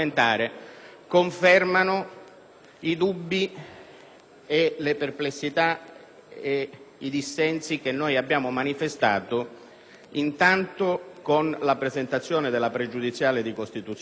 le perplessità ed i dissensi che noi abbiamo manifestato innanzitutto con la presentazione della pregiudiziale di costituzionalità, quindi con le questioni che abbiamo posto